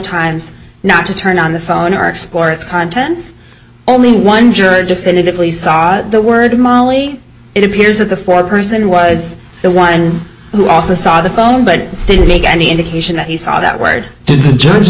times not to turn on the phone or explore its contents only one juror definitively saw the word molly it appears that the fourth person was the one who also saw the phone but didn't make any indication that he saw that wired to